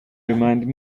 reminded